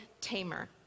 tamer